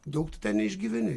daug tu ten neišgyveni